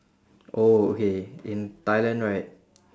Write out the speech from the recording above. oh okay in thailand right